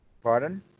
Pardon